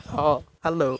ହଁ ହ୍ୟାଲୋ